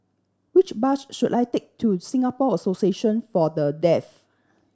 which bus should I take to Singapore Association For The Deaf